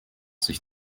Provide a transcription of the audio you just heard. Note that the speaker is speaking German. sich